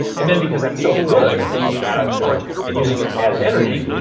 and then because i'm so good at taking fat out of storage and using it as energy,